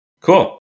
Cool